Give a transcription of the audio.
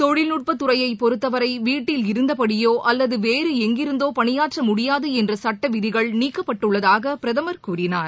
தொழில்நுட்பதுறையைபொறுத்தவரைவீட்டில் இருந்தபடியோ அல்லதுவேறு ளங்கிருந்தோபணியாற்றமுடியாதுஎன்றசட்டவிதிகள் நீக்கப்பட்டுள்ளதாகபிரதமர் கூறினார்